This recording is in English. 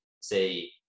say